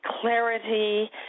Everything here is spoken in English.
clarity